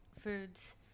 foods